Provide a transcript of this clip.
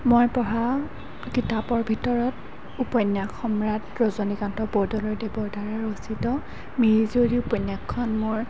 মই পঢ়া কিতাপৰ ভিতৰত উপন্যাস সম্ৰাট ৰজনীকান্ত বৰদলৈদেৱৰ দ্বাৰা ৰচিত মিৰি জীয়ৰী উপন্যাসখন মোৰ